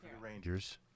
Rangers